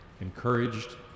Encouraged